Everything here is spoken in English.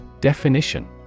Definition